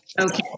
Okay